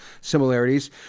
similarities